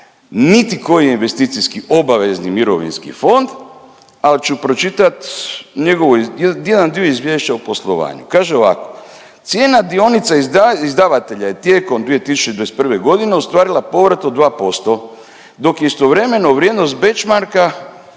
niti koji je investicijski obavezni mirovinski fond, al ću pročitat njegovo, jedan dio izvješća o poslovanju. Kaže ovako, cijena dionice izdavatelja je tijekom 2021. ostvarila povrat od 2%, dok istovremeno vrijednost benchmarka